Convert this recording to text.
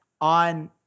on